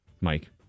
Mike